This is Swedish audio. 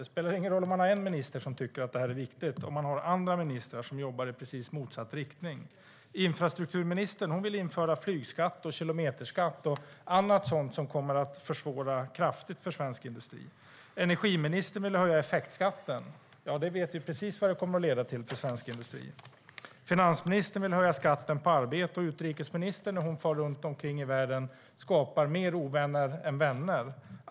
Det spelar ingen roll om man har en minister som tycker att detta är viktigt om man har andra ministrar som jobbar i precis motsatt riktning. Infrastrukturministern vill införa flygskatt, kilometerskatt och annat som kommer att försvåra kraftigt för svensk industri. Energiministern vill höja effektskatten, och vi vet precis vad det kommer att leda till för svensk industri. Finansministern vill höja skatten på arbete, och utrikesministern skapar fler ovänner än vänner när hon far runt i världen.